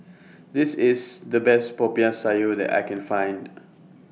This IS The Best Popiah Sayur that I Can Find